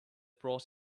brought